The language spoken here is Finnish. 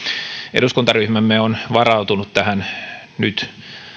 eduskuntaryhmämme on varautunut tähän nyt